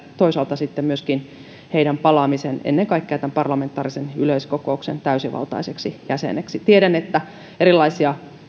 toisaalta sitten myöskin heidän palaamisensa ennen kaikkea tämän parlamentaarisen yleiskokouksen täysivaltaiseksi jäseneksi tiedän että erilaisia